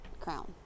Crown